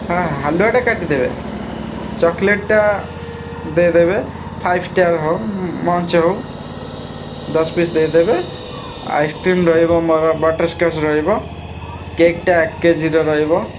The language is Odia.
ହଁ ହାଲୁଆଟା କାଟିଦେବେ ଚକୋଲେଟ୍ଟା ଦେଇଦେବେ ଫାଇଭ୍ ଷ୍ଟାର୍ ହଉ ମଞ୍ଚ୍ ହଉ ଦଶ ପିସ୍ ଦେଇଦେବେ ଆଇସକ୍ରିମ୍ ରହିବ ମୋର ବଟର୍ସ୍କଚ୍ ରହିବ କେକ୍ଟା ଏକ କେଜିର ରହିବ